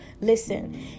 listen